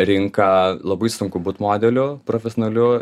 rinką labai sunku būt modeliu profesionaliu